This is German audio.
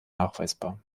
nachweisbar